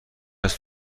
هست